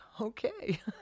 okay